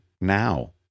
now